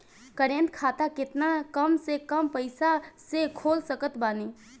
Current खाता केतना कम से कम पईसा से खोल सकत बानी?